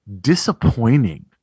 disappointing